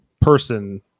person